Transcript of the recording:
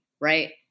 right